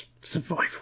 Survival